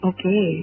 Okay